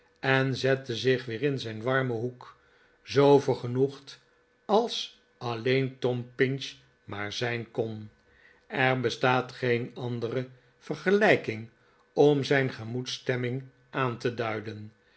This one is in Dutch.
en zette zich weer in zijn warmen hoek zoo vergenoegd als alleen tom pinch maar zijn kon er bestaat geen andere vergelijking om zijn gemoedsstemming aan te duiden